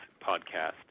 podcast